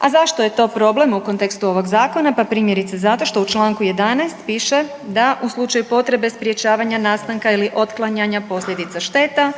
A zašto je to problem u kontekstu ovoga Zakona? Pa primjerice zato što u članku 11. piše da u slučaju potrebe sprječavanja nastanka ili otklanjanja posljedica šteta